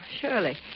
Surely